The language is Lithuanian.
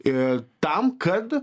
tam kad